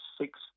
Six